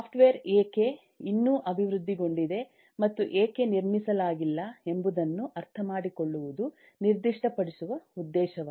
software ಏಕೆ ಇನ್ನೂ ಅಭಿವೃದ್ಧಿಗೊಂಡಿದೆ ಮತ್ತು ಏಕೆ ನಿರ್ಮಿಸಲಾಗಿಲ್ಲ ಎಂಬುದನ್ನು ಅರ್ಥಮಾಡಿಕೊಳ್ಳುವುದು ನಿರ್ದಿಷ್ಟಪಡಿಸುವ ಉದ್ದೇಶವಾಗಿದೆ